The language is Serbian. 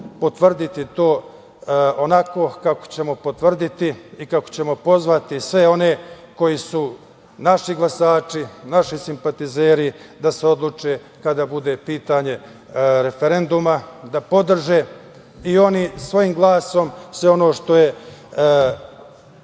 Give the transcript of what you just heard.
potvrditi to onako kako ćemo potvrditi i kako ćemo pozvati sve one koji su naši glasači, naši simpatizeri, da se odluče kada bude pitanje referenduma da podrže i oni svojim glasom sve ono što je